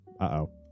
Uh-oh